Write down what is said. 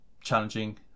challenging